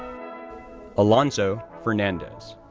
alonso fernandez,